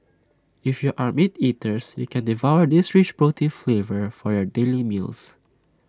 if you are meat eaters you can devour this rich protein flavor for your daily meals